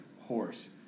horse